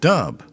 Dub